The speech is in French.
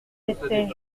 étaient